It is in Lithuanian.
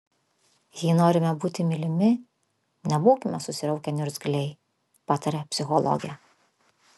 jei norime būti mylimi nebūkime susiraukę niurgzliai pataria psichologė